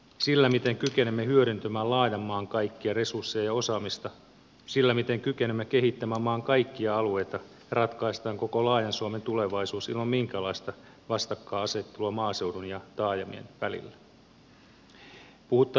sillä miten kykenemme hyödyntämään laajan maan kaikkia resursseja ja osaamista sillä miten kykenemme kehittämään maan kaikkia alueita ratkaistaan koko laajan suomen tulevaisuus ilman minkäänlaista vastakkainasettelua maaseudun ja taajamien välillä